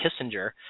Kissinger